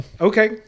Okay